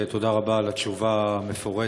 תודה רבה על התשובה המפורטת.